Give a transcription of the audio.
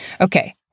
Okay